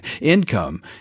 income